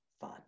fun